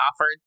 offered